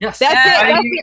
Yes